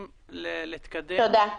תודה.